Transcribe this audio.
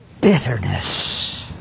bitterness